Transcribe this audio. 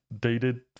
dated